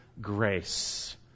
grace